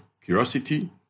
curiosity